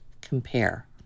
compare